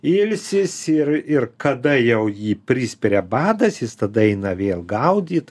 ilsisi ir ir kada jau jį prispiria badas jis tada eina vėl gaudyt